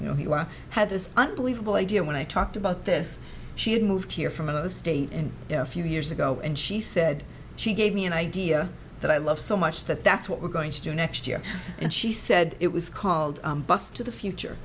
you know he had this unbelievable idea when i talked about this she had moved here from another state and a few years ago and she said she gave me an idea that i love so much that that's what we're going to do next year and she said it was called bus to the future